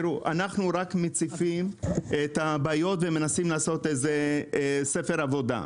אנחנו רק מציפים את הבעיות ומנסים לעשות איזה שהוא ספר עבודה.